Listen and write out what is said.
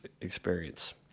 experience